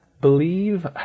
believe